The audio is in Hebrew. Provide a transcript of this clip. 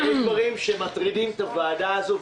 יש דברים שמטרידים את הוועדה הזו,